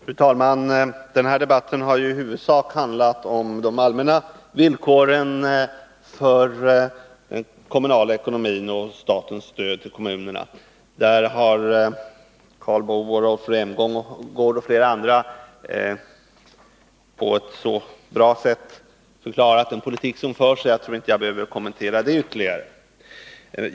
Fru talman! Den här debatten har i huvudsak handlat om de allmänna villkoren för den kommunala ekonomin och statsstöd till kommunerna. Karl Boo, Rolf Rämgård och flera andra har så bra förklarat den politik som förs att jag inte har anledning att kommentera den ytterligare.